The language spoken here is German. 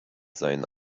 seien